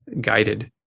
guided